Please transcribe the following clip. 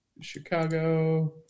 Chicago